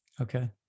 Okay